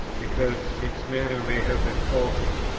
because its manner may have been faulty.